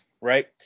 right